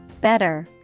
better